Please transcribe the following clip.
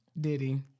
diddy